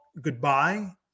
goodbye